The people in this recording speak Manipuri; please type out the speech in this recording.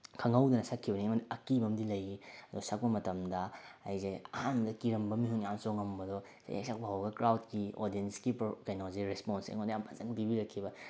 ꯈꯪꯍꯧꯗꯅ ꯁꯛꯈꯤꯕꯅꯤꯅ ꯑꯩꯉꯣꯟꯗ ꯑꯀꯤꯕ ꯑꯃꯗꯤ ꯂꯩꯌꯦ ꯑꯗꯣ ꯁꯛꯄ ꯃꯇꯝꯗ ꯑꯩꯁꯦ ꯑꯍꯥꯟꯕꯗ ꯀꯤꯔꯝꯕ ꯃꯤꯍꯨꯟ ꯌꯥꯝ ꯆꯣꯡꯉꯝꯕꯗꯣ ꯏꯁꯩ ꯍꯦꯛ ꯁꯛꯄ ꯍꯧꯕꯒ ꯀ꯭ꯔꯥꯎꯠꯀꯤ ꯑꯣꯗꯤꯌꯟꯁꯀꯤ ꯀꯩꯅꯣꯁꯦ ꯔꯦꯁꯄꯣꯟꯁꯁꯦ ꯑꯩꯉꯣꯟꯗ ꯌꯥꯝ ꯐꯖꯅ ꯄꯤꯕꯤꯔꯛꯈꯤꯕ